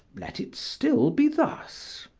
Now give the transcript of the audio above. let it still be thus.